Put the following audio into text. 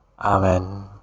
Amen